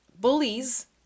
bullies